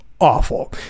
awful